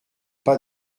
pas